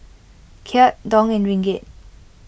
Kyat Dong and Ringgit